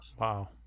wow